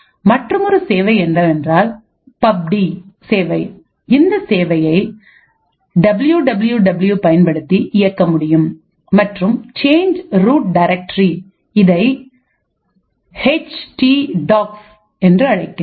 மற்றுமொரு சேவை என்னவென்றால் பப்டி சேவை இந்த சேவையை டபிள்யூ டபிள்யூ டபள்யூ பயன்படுத்தி இயக்க முடியும் மற்றும் சேஞ்ச் ரூட் டைரக்டரி இதை எச்டி டாக்ஸ் என்று அழைக்கின்றோம்